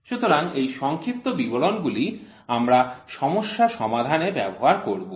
সুতরাং এই সংক্ষিপ্ত বিবরণগুলি আমরা সমস্যা সমাধানে ব্যবহার করব